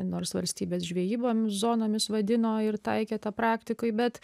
nors valstybės žvejybom zonomis vadino ir taikė tą praktikoj bet